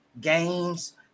games